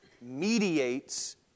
mediates